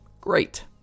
Great